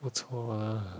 不错 lah